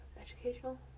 educational